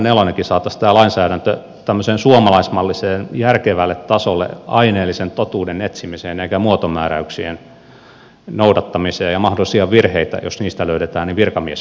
saataisiin tämä lainsäädäntö tämmöiselle suomalaismalliselle järkevälle tasolle aineellisen totuuden etsimiseen eikä muotomääräyksien noudattamiseen ja jos mahdollisia virheitä niistä löydetään niin virkamies joutuu vastuuseen